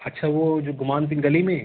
अच्छा वो जो गुमान सिंह गली में